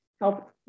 help